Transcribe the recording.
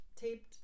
taped